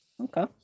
Okay